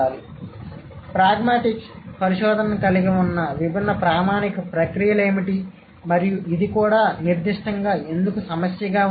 కాబట్టి ప్రాగ్మాటిక్స్ పరిశోధనను కలిగి ఉన్న విభిన్న ప్రామాణిక ప్రక్రియలు ఏమిటి మరియు ఇది కూడా నిర్దిష్టంగా ఎందుకు సమస్యగా ఉంది